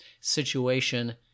situation